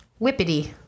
Whippity